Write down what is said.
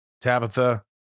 Tabitha